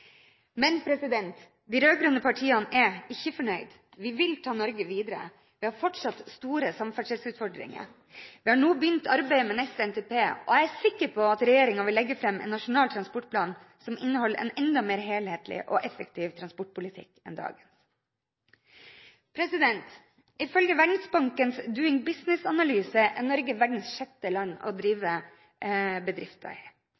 Men de rød-grønne partiene er ikke fornøyd. Vi vil ta Norge videre. Vi har fortsatt store samferdselsutfordringer. Vi har nå begynt arbeidet med neste NTP, og jeg er sikker på at regjeringen vil legge fram en nasjonal transportplan som inneholder en enda mer helhetlig og effektiv transportpolitikk enn i dag. Ifølge Verdensbankens «Doing Business»-analyse er Norge verdens sjette beste land å drive bedrifter